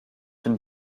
une